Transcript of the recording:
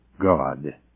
God